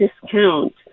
discount